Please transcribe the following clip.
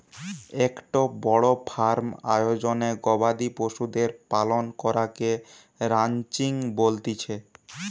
একটো বড় ফার্ম আয়োজনে গবাদি পশুদের পালন করাকে রানচিং বলতিছে